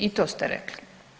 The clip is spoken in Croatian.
I to ste rekli.